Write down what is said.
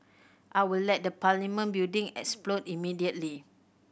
I will let the Parliament building explode immediately